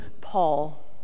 Paul